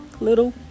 little